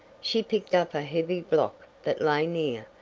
she picked up a heavy block that lay near,